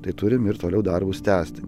tai turime ir toliau darbus tęsti